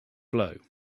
blow